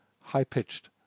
high-pitched